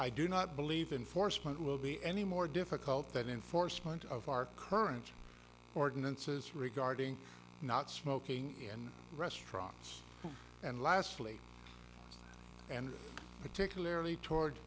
i do not believe in force what will be any more difficult than enforcement of our current ordinances regarding not smoking in restaurants and lastly and particularly toward